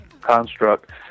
construct